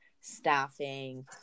staffing